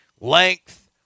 length